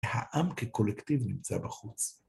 העם כקולקטיב נמצא בחוץ.